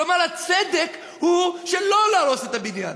כלומר, הצדק הוא שלא להרוס את הבניין,